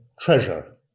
treasure